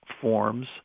forms